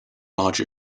larger